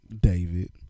David